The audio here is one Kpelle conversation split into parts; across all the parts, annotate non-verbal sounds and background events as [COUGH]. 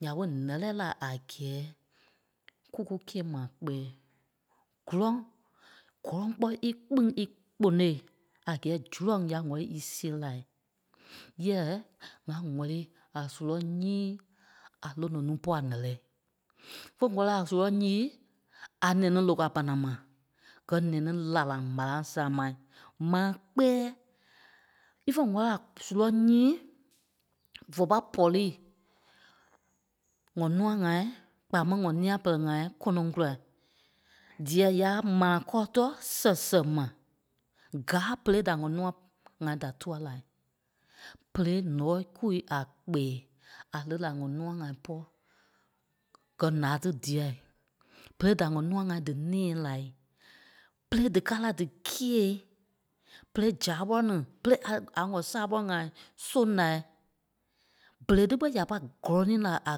Ǹya ɓé ǹɛ́lɛɛi la a gɛ́ɛ kú kúkîe maa kpɛ́ɛ. Gɔ́lɔŋ, gɔ́lɔŋ kpɔ́ í kpîŋ í kponôi a gɛ́ɛ zurɔ̂ŋ ya ŋ̀wɛ̂lii í sée lai. Yɛ̂ɛ ŋa ŋ̀wɛ̂lii a surɔ̂ŋ nyíi a lono núu pɔ́ a ǹɛ́lɛɛi. Fé ŋ̀wɛ̂lii a surɔ̂ŋ nyíi a nɛnî lôkwa panaŋ ma, gɛ́ nɛnî laraŋ ɓarâa sámai. Maa kpɛ́ɛ, ífe ŋ̀wɛ̂lii a surɔ̂ŋ nyíi vé pâi pɔ̂rii ŋɔ nûa ŋai kpaa máŋ ŋɔ nîa pɛlɛɛ ŋai kɔ́nɔŋ kulai. Dîɛ ya mãla kɔ́ɔ tɔɔ sɛ sɛ ma. Gáa perei da ŋɔ nûa pɔlɔ ŋai da tûa lai. Berei nɔ̂kui a kpɛ̀ɛ, a lî la ŋɔ nûa ŋai pɔ́ gɛ́ ǹáa ti diai, berei da ŋɔ nûa ŋai dí nɛ̃ɛi lai, berei díkaa la díkîei, berei zaɓɔlɔ ni, berei a- a ŋɔ saɓɔlɔ ŋai soŋ lai. Berei tí ɓé ya pâi gɔ́lɔŋ ni la a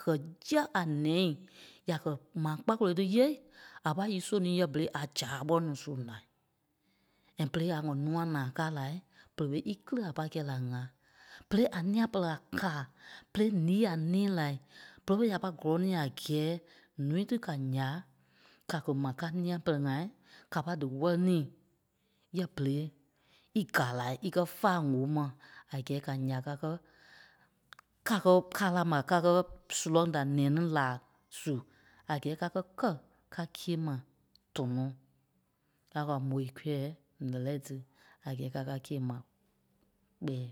gɛ́ yái a ǹɛi, yâ kɛ̀ maa kpakoloi tí yêei, a pâi í soŋ ni yɛ̂ɛ berei a zaɓɔlɔ ni soŋ lai. And berei yâ ŋɔ nûa naa kâa lai, bere ɓé í kíli a pâi kɛ́i la ŋâ. Berei a nîa pɛlɛɛ ŋa kàa, berei ǹíi a nɛ̃ɛ lai, bere ɓé ya pâi gɔ́lɔŋ ni a gɛ́ɛ ǹúui tí ka ǹyaa ka kɛ̀ mà ká nîa pɛlɛɛ ŋai ka pâi dí wɛ́liŋ ni, yɛ̂ɛ berei í gàa lai íkɛ fàa ŋ̀óo ma a gɛ́ɛ ka ǹyaa ká kɛ́- [HESITATION] ká kɛ́ káa la ma ká kɛ́ surɔ̂ŋ da nɛnî laa su, a gɛ́ɛ kɛ́ kɛ̂ ká kîe ma tɔnɔɔ. Ǹya ɓé kwa môi kûɛi ǹɛ́lɛɛi tí a gɛ́ɛ ká kɛ́ ká kîe ma, kpɛɛ.